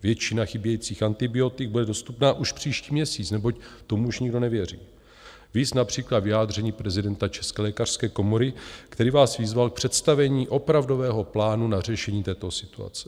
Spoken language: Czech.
Většina chybějících antibiotik bude dostupná už příští měsíc, neboť tomu už nikdo nevěří, viz například vyjádření prezidenta České lékařské komory, který vás vyzval k představení opravdového plánu na řešení této situace.